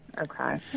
Okay